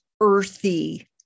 earthy